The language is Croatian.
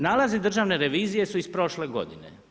Nalazi državne revizije su iz prošle godine.